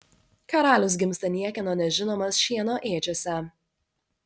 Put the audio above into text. karalius gimsta niekieno nežinomas šieno ėdžiose